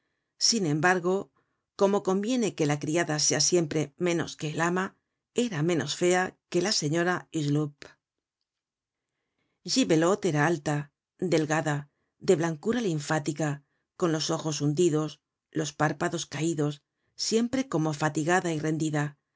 sin embargo como conviene que la criada sea siempre menos que el ama era menos fea que la señora hucheloup gibe'lote era alta delgada de blancura linfática con los ojos hundidos los párpados caidos siempre como fatigada y rendida